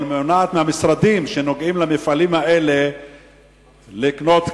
או מונעת מהמשרדים שנוגעים למפעלים האלה לקנות כאן,